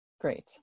great